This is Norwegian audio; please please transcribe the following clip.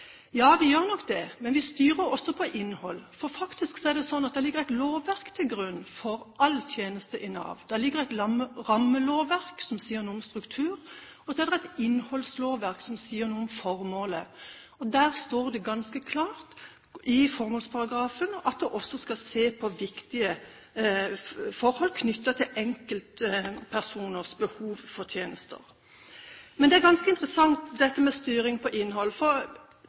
Ja, vi gjør nok det, men vi styrer også på innhold, for det er faktisk sånn at det ligger et lovverk til grunn for all tjeneste i Nav. Det ligger et rammelovverk, som sier noe om struktur, og så er det et innholdslovverk, som sier noe om formål. Og i formålsparagrafen står det ganske klart at en også skal se på viktige forhold knyttet til enkeltpersoners behov for tjenester. Det er ganske interessant dette med styring på innhold.